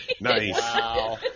Nice